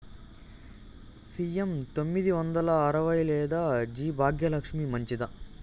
CM తొమ్మిది వందల అరవై లేదా జి భాగ్యలక్ష్మి మంచిదా?